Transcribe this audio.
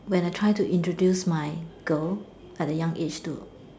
when I try to introduce my girl at a young age to